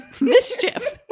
mischief